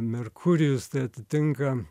merkurijus tai atitinka